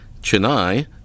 Chennai